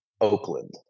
Oakland